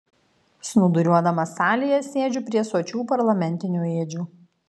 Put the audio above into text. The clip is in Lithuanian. snūduriuodamas salėje sėdžiu prie sočių parlamentinių ėdžių